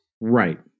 Right